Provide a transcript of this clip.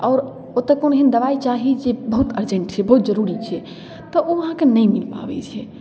आओर ओतऽ कोनो एहन दवाइ चाही जे बहुत अर्जेन्ट छै बहुत जरूरी छै तऽ ओ अहाँके नहि मिल पाबै छै